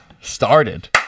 Started